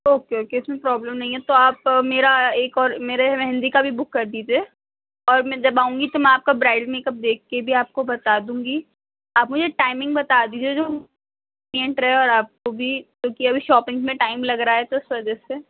okay okay اس میں problem نہیں ہے تو آپ میرا ایک اور میرے مہندی کا بھی بک کر دیجیے اور میں جب آؤں گی تو میں آپ کا برائڈل میک اپ دیکھ کے بھی آپ کو بتا دوں گی آپ مجھے ٹائمنگ بتا دیجیے جو اور آپ کو بھی کیونکہ ابھی شاپنگس میں ٹائم لگ رہا ہے تو اس وجہ سے